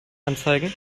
anzeigen